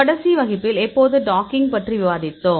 கடைசி வகுப்பில் எப்போது டாக்கிங் பற்றி விவாதித்தோம்